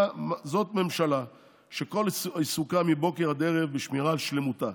זאת ממשלה שכל עיסוקה מבוקר עד ערב הוא שמירה על שלמותה.